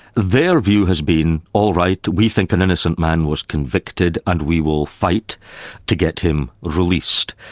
their view has been all right, we think an innocent man was convicted and we will fight to get him released.